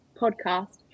podcast